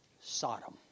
Sodom